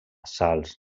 salts